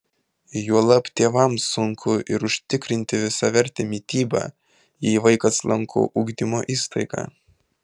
juolab tėvams sunku ir užtikrinti visavertę mitybą jei vaikas lanko ugdymo įstaigą